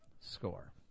Score